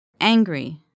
Angry